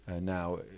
now